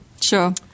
Sure